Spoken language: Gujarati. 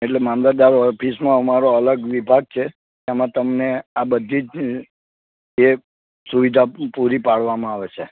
એટલે મામલતદાર ઓફિસમાં અમારો અલગ વિભાગ છે એમાં તમને આ બધી જ જે સુવિધા પૂરી પાડવામાં આવે છે